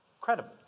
credible